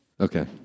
Okay